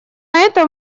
это